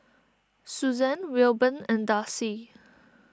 Susanne Wilburn and Darcie